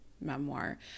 memoir